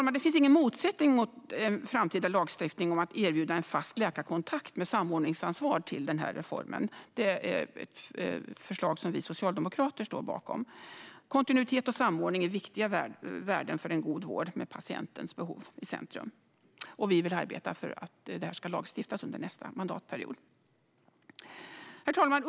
I reformen finns ingen motsättning till en framtida lagstiftning om att erbjuda en fast läkarkontakt med samordningsansvar. Det är ett förslag som vi socialdemokrater står bakom. Kontinuitet och samordning är viktiga värden för en god vård med patientens behov i centrum. Vi vill arbeta för att detta ska lagstiftas under nästa mandatperiod. Herr talman!